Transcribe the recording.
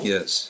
Yes